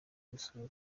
gusura